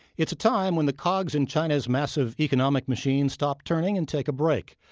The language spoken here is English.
it's a time when the cogs in china's massive economic machine stop turning and take a break.